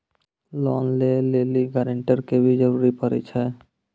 Loan लै लेली guarantor के भी जरूरी पड़ै छै?